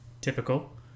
typical